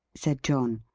said john.